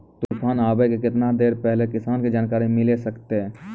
तूफान आबय के केतना देर पहिले किसान के जानकारी मिले सकते?